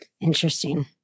Interesting